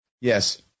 Yes